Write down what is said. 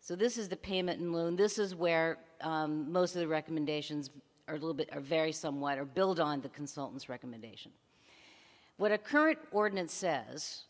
so this is the payment and loan this is where most of the recommendations are a little bit are very somewhat or build on the consultants recommendation what a current ordinance says